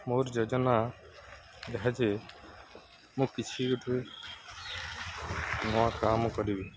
ମୋର ଯୋଜନା ଏହା ଯେ ମୁଁ କିଛି ଗୋଟିଏ ନୂଆ କାମ କରିବି